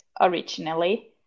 originally